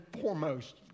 foremost